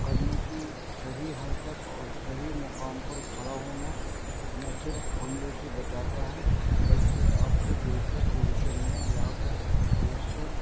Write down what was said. قدموں کی صحیح حرکت اور صحیح مقام پر کھڑا ہونا نہ صرف حملے سے بچاتا ہے بلکہ آپ کو بہتر پوزیشن میں لا کر مؤثر